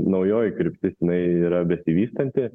naujoji kryptis jinai yra besivystanti